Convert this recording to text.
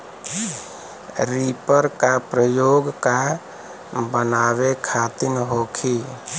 Reaper का प्रयोग का बनावे खातिन होखि?